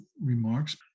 remarks